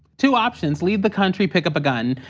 two options, leave the country, pick up a gun.